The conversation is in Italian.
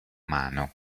mano